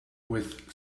with